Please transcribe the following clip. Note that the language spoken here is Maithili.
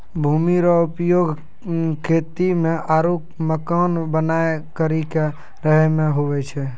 भूमि रो उपयोग खेती मे आरु मकान बनाय करि के रहै मे हुवै छै